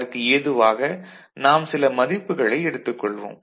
அதற்கு எதுவாக நாம் சில மதிப்புகளை எடுத்துக் கொள்வோம்